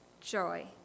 joy